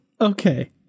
Okay